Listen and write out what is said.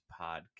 podcast